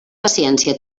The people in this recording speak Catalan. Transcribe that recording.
paciència